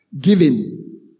giving